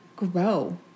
grow